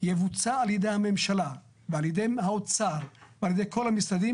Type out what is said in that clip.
יבוצע על ידי הממשלה ועל ידי האוצר ועל ידי כל המשרדים,